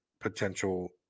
Potential